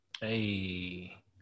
Hey